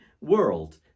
world